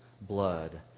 blood